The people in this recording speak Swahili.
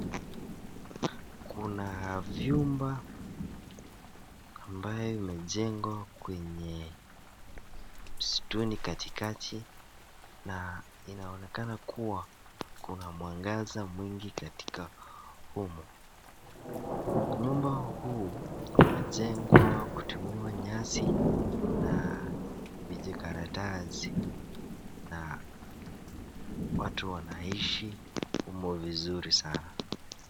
Kuna vyumba ambaye imejengwa kwenye msituni katikati na inaonekana kuwa kuna mwangaza mwingi katika humo. Nyumba huu umejengwa kutumiwa nyasi na vijikaratasi na watu wanaishi humo vizuri sana.